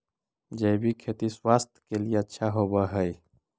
जैविक खेती स्वास्थ्य के लिए अच्छा होवऽ हई